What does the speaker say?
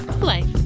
life